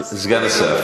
סגן השר,